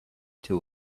two